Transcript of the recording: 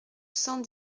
cent